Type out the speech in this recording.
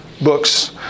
books